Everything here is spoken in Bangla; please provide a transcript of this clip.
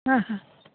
হ্যাঁ হ্যাঁ